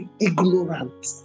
ignorant